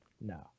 no